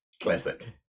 classic